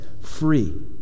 free